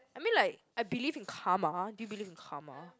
I mean like I believe in karma do you believe in karma